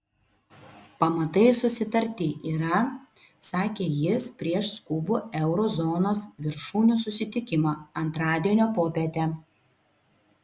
pamatai susitarti yra sakė jis prieš skubų euro zonos viršūnių susitikimą antradienio popietę